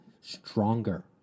stronger